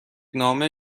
نامه